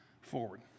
forward